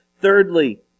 thirdly